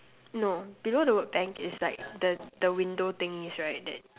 no below the word bank is like the the window thingies right that